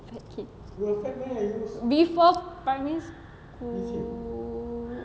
fat kid before primary school